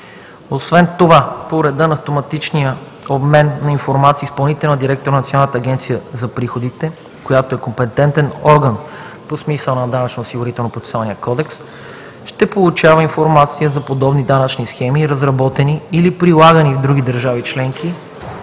Освен това по реда на автоматичния обмен на информация изпълнителният директор на Националната агенция за приходите, който е компетентен орган по смисъла на Данъчно-осигурителния процесуален кодекс, ще получава информация за подобни данъчни схеми, разработени или прилагани в други държави членки,